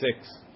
six